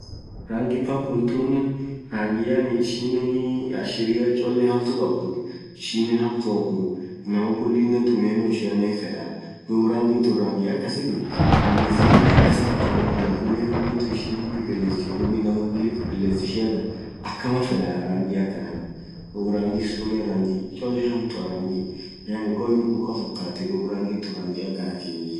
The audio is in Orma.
rangii purple tunen rangi yaani ishinenin ashiria cholee hamtu khabdhu ishinen. hamtuamuuu inamaa khuliiinen thumieno ishia hinfedhaa dhub rangi Thu rangi akasit rangii zaidi akas hamtuamuuu aminen rangi thun ishin hinpipipilifti dhub inamaa khulin pipillum ashiathan akamaa fedhaa dhub rangi sunen rangi chole hamtua rangii koll mukha fokhati dhub rangi thun rangi khanathi